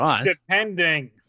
Depending